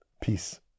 Peace